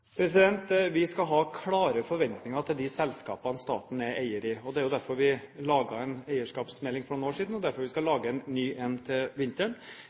Vi skal ha klare forventninger til de selskapene staten er eier i, og det var jo derfor vi laget en eierskapsmelding for noen år siden, og det er derfor vi skal lage en ny til vinteren.